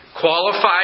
qualified